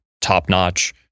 top-notch